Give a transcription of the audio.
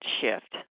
shift